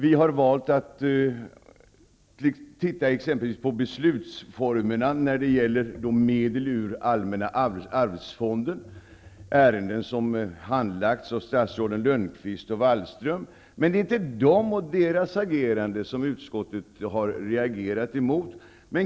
Vi har valt att titta t.ex. på beslutsformerna när det gäller medlen ur allmänna arvsfonden, ärenden som handlagts av statsråden Lönnqvist och Wallström. Men det är inte personerna och deras agerande som utskottet har reagerat mot.